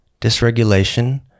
dysregulation